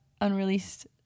unreleased